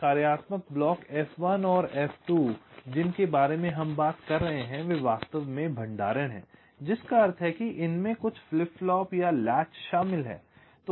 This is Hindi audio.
और यह कार्यात्मक ब्लॉक F1 और F2 जिनके बारे में हम बात कर रहे हैं वे वास्तव में भंडारण हैं जिसका अर्थ है कि इनमें कुछ फ्लिप फ्लॉप या लैच शामिल हैं